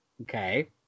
okay